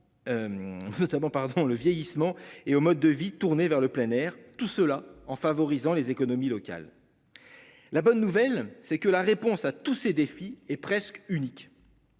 exemple le vieillissement et au mode de vie, tournée vers le plein air tout cela en favorisant les économies locales. La bonne nouvelle c'est que la réponse à tous ces défis et presque unique.